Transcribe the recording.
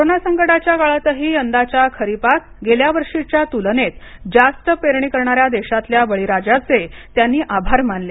corona संकटाच्या काळातही यंदाच्या खरीपात गेल्या वर्षीच्या तुलनेत जास्त पेरणी करणाऱ्या देशातल्या बळीराजाचे त्यांनी आभार मानले